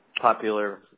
popular